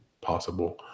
possible